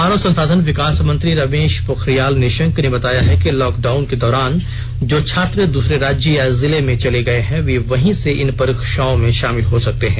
मानव संसाधन विकास मंत्री रमेश पोखरियाल निशंक ने बताया है कि लॉकडाउन के दौरान जो छात्र दूसरे राज्य या जिले में चले गए हैं वे वहीं से इन परीक्षाओं में शामिल हो सकते हैं